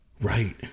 Right